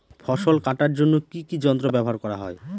ফসল কাটার জন্য কি কি যন্ত্র ব্যাবহার করা হয়?